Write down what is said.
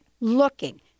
looking